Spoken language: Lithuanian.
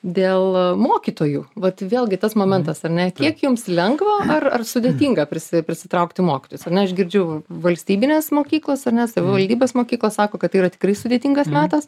dėl a mokytojų vat vėlgi tas momentas ar ne kiek jums lengva ar ar sudėtinga prisi prisitraukti mokytojus ar ne aš girdžiu valstybinės mokyklos ar ne savivaldybės mokyklos sako kad tai yra tikrai sudėtingas metas